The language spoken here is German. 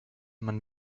man